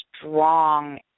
strong